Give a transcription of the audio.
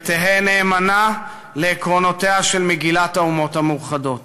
ותהיה נאמנה לעקרונותיה של מגילת האומות המאוחדות".